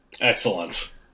excellent